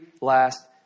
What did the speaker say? last